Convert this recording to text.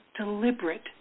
deliberate